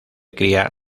cría